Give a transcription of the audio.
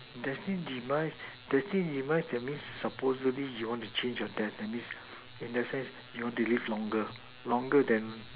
destine demise destine demise that means supposedly you want to change your destiny in the sense you want to live longer longer than